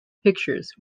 pictures